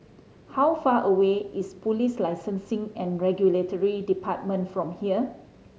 how far away is Police Licensing and Regulatory Department from here